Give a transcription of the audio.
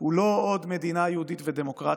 הוא לא עוד מדינה יהודית ודמוקרטית,